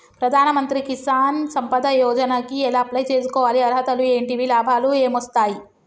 ప్రధాన మంత్రి కిసాన్ సంపద యోజన కి ఎలా అప్లయ్ చేసుకోవాలి? అర్హతలు ఏంటివి? లాభాలు ఏమొస్తాయి?